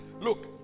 look